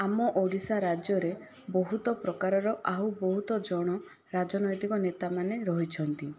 ଆମ ଓଡ଼ିଶା ରାଜ୍ୟରେ ବହୁତ ପ୍ରକାରର ଆଉ ବହୁତ ଜଣ ରାଜନୈତିକ ନେତା ମାନେ ରହିଛନ୍ତି